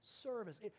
service